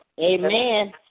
Amen